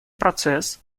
процесс